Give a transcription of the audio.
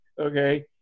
Okay